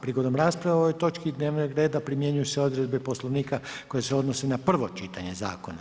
Prigodom rasprave o ovoj točki dnevnog reda primjenjuju se odredbe Poslovnika koje se odnose na prvo čitanje zakona.